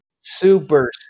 Super